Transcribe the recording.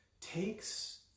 takes